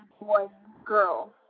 boy-girl